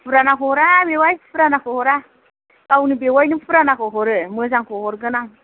फुरानाखौ हरा बेवाइ फुरानाखौ हरा गावनि बेवायनो फुरानाखौ हरो मोजांखौ हरगोन आं